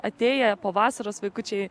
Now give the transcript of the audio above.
atėję po vasaros vaikučiai